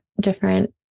different